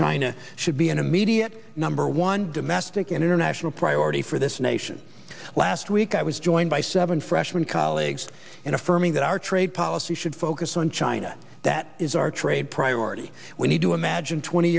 china should be an immediate number one domestic and international priority for this nation last week i was joined by seven freshman colleagues in affirming that our trade policy should focus on china that is our trade priority we need to imagine twenty